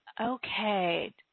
Okay